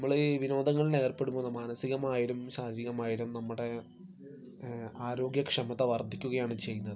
നമ്മൾ ഈ വിനോദങ്ങളിൽ ഏർപ്പെടുമ്പോൾ മാനസികമായാലും ശാരീരികമായാലും നമ്മുടെ ആരോഗ്യക്ഷമത വർദ്ധിക്കുകയാണ് ചെയ്യുന്നത്